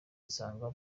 nsanga